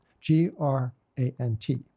G-R-A-N-T